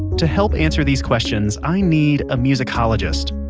to help answer these questions i need a musicologist,